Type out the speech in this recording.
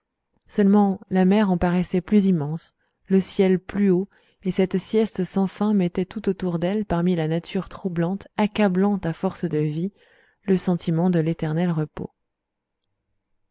seulement la mer en paraissait plus immense le ciel plus haut et cette sieste sans fin mettait tout autour d'elle parmi la nature troublante accablante à force de vie le sentiment de l'éternel repos